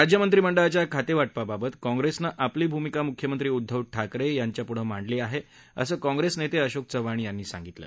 राज्य मंत्रीमंडळाच्या खातेवाटपाबाबत काँप्रेसनं आपली भूमिका मुख्यमंत्री उद्दव ठाकरे यांच्यापुढं मांडली आहे असं काँप्रेस नेते अशोक चव्हाण यांनी सांगितलं